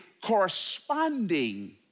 corresponding